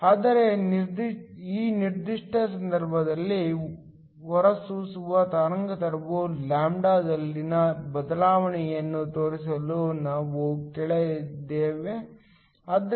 ಆದ್ದರಿಂದ ಈ ನಿರ್ದಿಷ್ಟ ಸಂದರ್ಭದಲ್ಲಿ ಹೊರಸೂಸುವ ತರಂಗಾಂತರದ ಲ್ಯಾಂಬ್ಡಾದಲ್ಲಿನ ಬದಲಾವಣೆಯನ್ನು ತೋರಿಸಲು ನಾವು ಕೇಳಿದ್ದೇವೆ ಆದ್ದರಿಂದ dλdT